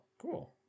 cool